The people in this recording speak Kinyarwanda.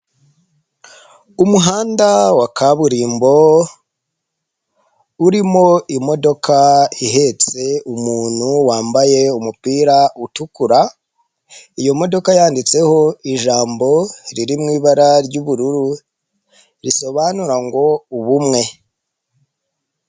Umuhanda wa kaburimbo, urimo imodoka ihetse umuntu wambaye umupira utukura, iyo modoka yanditseho ijambo riri mu ibara ry'ubururu risobanura ngo ubumwe.